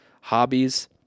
hobbies